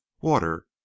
water